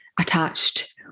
attached